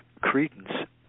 credence